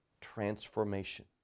transformation